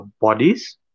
bodies